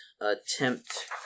attempt